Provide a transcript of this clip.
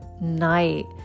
night